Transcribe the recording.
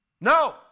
No